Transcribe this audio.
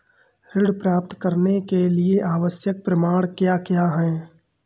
ऋण प्राप्त करने के लिए आवश्यक प्रमाण क्या क्या हैं?